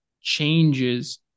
changes